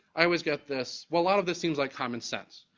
i would get this, well, a lot of this seems like common sense.